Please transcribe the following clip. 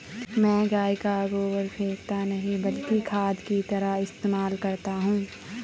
मैं गाय का गोबर फेकता नही बल्कि खाद की तरह इस्तेमाल करता हूं